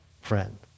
friend